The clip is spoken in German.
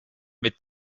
mit